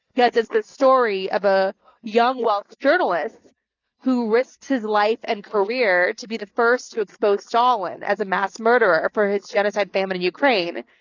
yeah it's it's the story of a young welsh journalist who risks his life and career to be the first who expose stalin as a mass murderer for his genocide famine in ukraine.